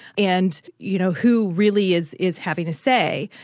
and you know who really is is having a say.